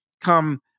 come